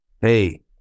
Hey